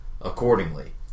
accordingly